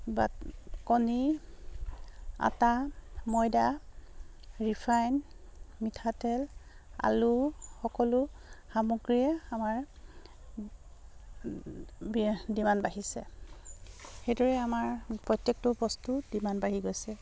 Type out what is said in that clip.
বাট কণী আটা ময়দা ৰিফাইণ্ড মিঠাতেল আলু সকলো সামগ্ৰীয়ে আমাৰ ডিমাণ্ড বাঢ়িছে সেইদৰে আমাৰ প্ৰত্যেকটো বস্তু ডিমাণ্ড বাঢ়ি গৈছে